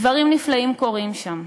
דברים נפלאים קורים שם,